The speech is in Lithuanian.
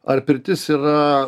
ar pirtis yra